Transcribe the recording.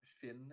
Finn